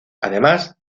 además